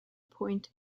point